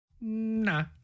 Nah